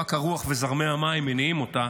שרק הרוח וזרמי המים מניעים אותה,